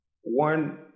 one